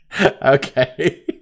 Okay